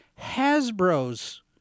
Hasbro's